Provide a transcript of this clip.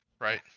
right